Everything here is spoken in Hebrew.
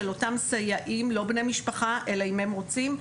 של אותם סייעים לא בני משפחה אלא אם הם רוצים,